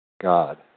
God